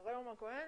אחרי יורם הכהן,